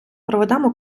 проведемо